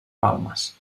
palmes